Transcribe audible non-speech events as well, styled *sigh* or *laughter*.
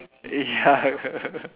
ya *laughs*